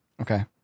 Okay